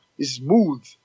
smooth